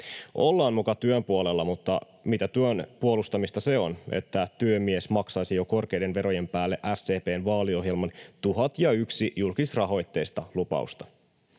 Ollaan muka työn puolella, mutta mitä työn puolustamista se on, että työmies maksaisi jo korkeiden verojen päälle SDP:n vaaliohjelman tuhat ja yksi julkisrahoitteista lupausta?